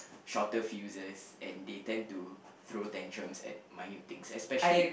shorter fuses and they tend to throw tantrums at minute things especially